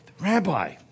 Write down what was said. Rabbi